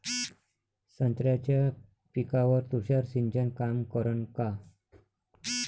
संत्र्याच्या पिकावर तुषार सिंचन काम करन का?